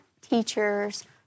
teachers